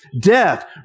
death